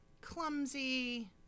clumsy